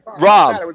Rob